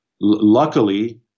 Luckily